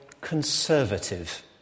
conservative